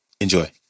Enjoy